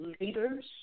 leaders